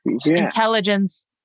intelligence